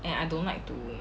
and I don't like to